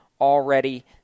already